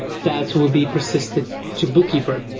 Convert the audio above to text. that would be persisted to bookkeeper.